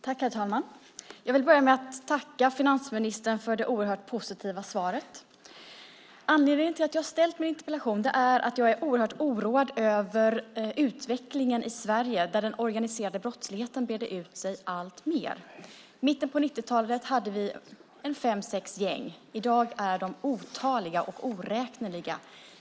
Herr talman! Jag vill börja med att tacka finansministern för det oerhört positiva svaret. Anledningen till att jag har ställt min interpellation är att jag är oerhört oroad över utvecklingen i Sverige, där den organiserade brottsligheten breder ut sig alltmer. I mitten av 90-talet hade vi fem sex gäng. I dag är de otaliga och oräkneliga.